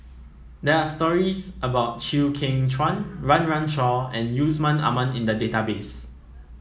there are stories about Chew Kheng Chuan Run Run Shaw and Yusman Aman in the database